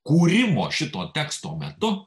kūrimo šito teksto metu